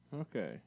Okay